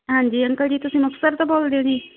ਹਾਂਜੀ ਅੰਕਲ ਜੀ ਤੁਸੀਂ ਮੁਕਤਸਰ ਤੋਂ ਬੋਲਦੇ ਹੋ ਜੀ